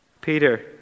Peter